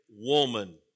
woman